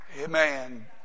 Amen